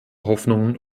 hoffnungen